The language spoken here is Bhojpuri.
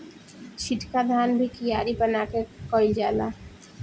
छिटका धान भी कियारी बना के कईल जाला